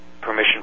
permission